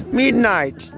midnight